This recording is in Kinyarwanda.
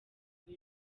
kuba